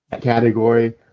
category